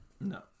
No